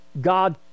God